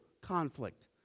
conflict